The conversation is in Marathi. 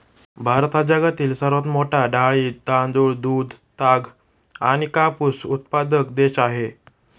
भारत हा जगातील सर्वात मोठा डाळी, तांदूळ, दूध, ताग आणि कापूस उत्पादक देश आहे